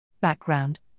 Background